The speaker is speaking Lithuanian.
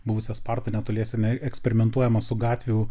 buvusią spartą netoliese ne eksperimentuojama su gatvių